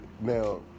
now